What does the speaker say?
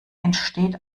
entsteht